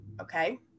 okay